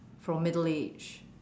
from middle age